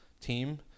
team